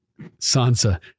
Sansa